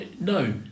no